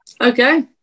Okay